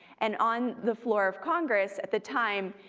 and on the floor of congress at the time,